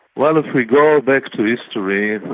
well if we go back through history,